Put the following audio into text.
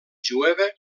jueva